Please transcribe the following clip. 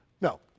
No